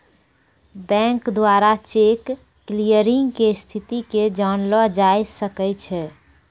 bank द्वारा cheque clearing के स्थिति के जानलो जाय सकै छै